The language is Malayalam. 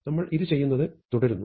നമ്മൾ ഇത് ചെയ്യുന്നത് തുടരുന്നു